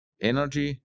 energy